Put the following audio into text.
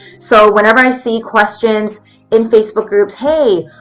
so whenever i see questions in facebook groups, hey,